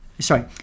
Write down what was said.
Sorry